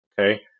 Okay